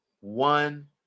one